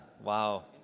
Wow